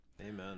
Amen